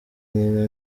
nyina